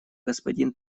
господин